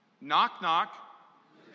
Knock-knock